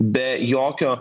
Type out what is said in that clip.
be jokio